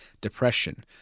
depression